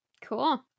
Cool